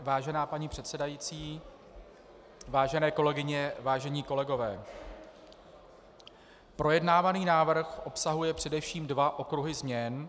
Vážená paní předsedající, vážené kolegyně, vážení kolegové, projednávaný návrh obsahuje především dva okruhy změn.